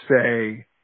say